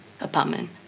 apartment